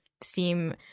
seem